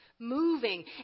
moving